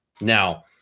Now